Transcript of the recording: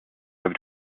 have